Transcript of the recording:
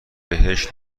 بهش